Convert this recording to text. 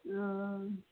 हँ